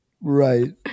Right